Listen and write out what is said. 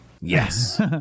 Yes